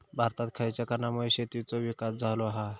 भारतात खयच्या कारणांमुळे शेतीचो विकास झालो हा?